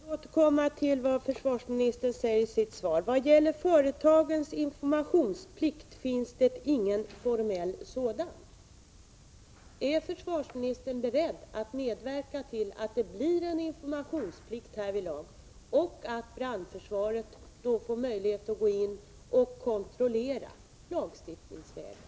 Fru talman! Jag vill återkomma till vad försvarsministern säger i sitt svar: ”Vad gäller företagens informationsplikt finns det ingen formell sådan.” Är försvarsministern beredd att medverka till att det blir en informationsplikt på det här området och att brandförsvaret får möjlighet att gå in och kontrollera lagstiftningsvägen?